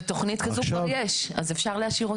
ותכנית כזו כבר יש, אז אפשר להשאיר אותה.